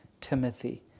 Timothy